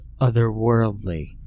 otherworldly